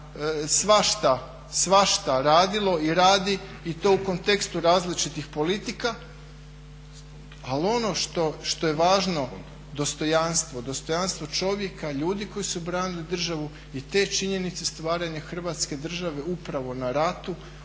svašta radilo i radi i to u kontekstu različitih politika, ali ono što je važno dostojanstvo, dostojanstvo čovjeka, ljudi koji su branili državi i te činjenice stvaranja Hrvatske države upravo na ratu